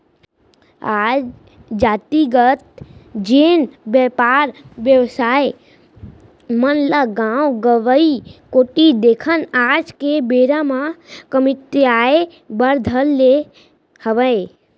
आज जातिगत जेन बेपार बेवसाय मन ल गाँव गंवाई कोती देखन आज के बेरा म कमतियाये बर धर ले हावय